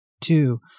two